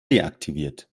deaktiviert